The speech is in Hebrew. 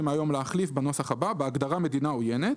היום להחליף את זה בנוסח הבא: בהגדרה "מדינה עוינת",